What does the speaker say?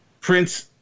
Prince